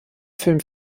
film